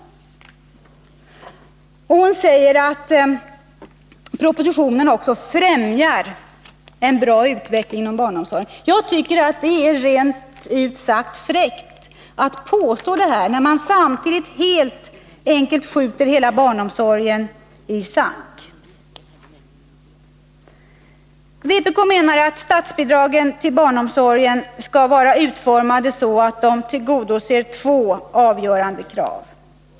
Karin Söder säger att propositionen också främjar en bra utveckling av barnomsorgen. Jag tycker att det är rent ut sagt fräckt att påstå detta, när man samtidigt helt enkelt skjuter hela barnomsorgen i sank. Vpk menar att statsbidragen till barnomsorgen skall vara uformade så att de tillgodoser två avgörande krav.